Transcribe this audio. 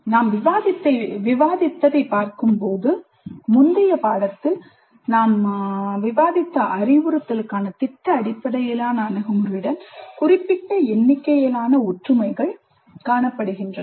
நாம் விவாதித்ததைப் பார்க்கும்போது முந்தைய பாடத்தில் நாம் விவாதித்த அறிவுறுத்தலுக்கான திட்ட அடிப்படையிலான அணுகுமுறையுடன் குறிப்பிட்ட எண்ணிக்கையிலான ஒற்றுமைகள் காணப்படுகின்றன